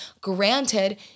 Granted